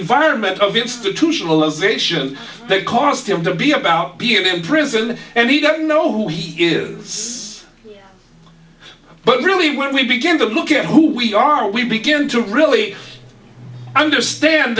environment of institutionalization that caused him to be about being in prison and he doesn't know who he is but really when we begin to look at who we are we begin to really understand